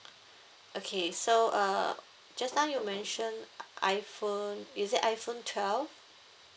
okay so uh just now you mentioned iphone is it iphone twelve